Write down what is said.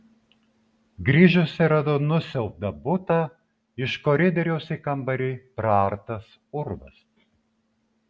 grįžusi radau nusiaubtą butą iš koridoriaus į kambarį praartas urvas